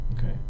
Okay